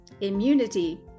immunity